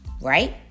right